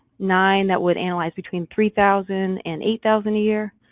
nine that would analyze between three thousand and eight thousand a year,